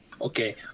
Okay